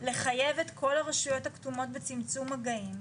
לחייב את כל הרשויות הכתומות בצמצום מגעים,